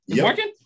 working